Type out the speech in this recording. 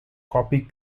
copy